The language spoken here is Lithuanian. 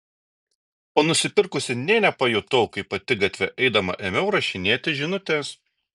o nusipirkusi nė nepajutau kaip pati gatve eidama ėmiau rašinėti žinutes